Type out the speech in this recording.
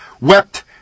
wept